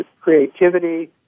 creativity